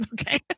Okay